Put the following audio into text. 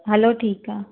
हलो ठीकु आहे